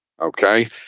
Okay